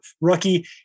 rookie